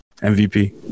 MVP